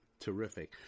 terrific